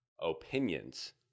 opinions